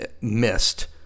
missed